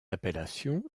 appellation